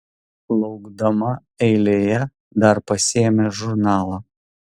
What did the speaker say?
laukdama eilėje dar pasiėmė žurnalą